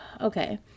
Okay